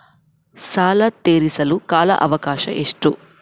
ಸಾಲ ತೇರಿಸಲು ಕಾಲ ಅವಕಾಶ ಎಷ್ಟು?